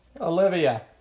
Olivia